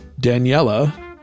Daniela